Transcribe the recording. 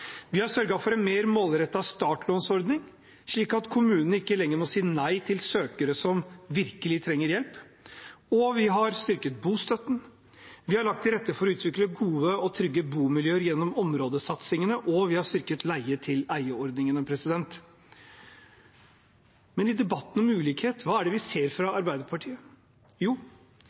Vi har sørget for en mer målrettet startlånsordning, slik at kommunene ikke lenger må si nei til søkere som virkelig trenger hjelp. Vi har også styrket bostøtten, vi har lagt til rette for å utvikle gode og trygge bomiljøer gjennom områdesatsingene, og vi har styrket leie-til-eie-ordningene. Men i debatten om ulikhet – hva er det vi ser fra Arbeiderpartiet? Jo,